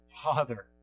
Father